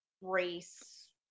race